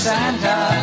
Santa